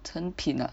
诚品啊